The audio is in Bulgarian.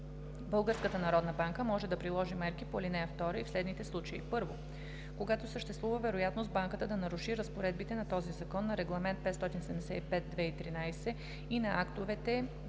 Българската народна банка може да приложи мерки по ал. 2 и в следните случаи: 1. когато съществува вероятност банката да наруши разпоредбите на този закон, на Регламент (ЕС) № 575/2013 и на актовете